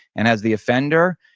and as the offender,